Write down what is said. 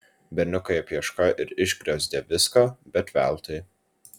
berniukai apieškojo ir išgriozdė viską bet veltui